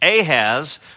Ahaz